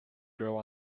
grow